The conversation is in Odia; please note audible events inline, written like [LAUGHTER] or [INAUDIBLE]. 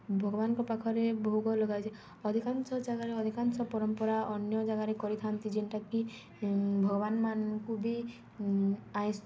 ଭଗବାନଙ୍କ ପାଖରେ ଭୋଗ ଲଗାଯାଏ ଅଧିକାଂଶ ଜାଗାରେ ଅଧିକାଂଶ ପରମ୍ପରା ଅନ୍ୟ ଜାଗାରେ କରିଥାନ୍ତି ଯେନ୍ଟାକି ଭଗବାନମାନଙ୍କୁ ବି [UNINTELLIGIBLE]